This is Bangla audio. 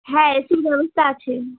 হ্যাঁ এ সির ব্যবস্থা আছে